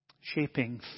Shaping